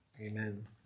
amen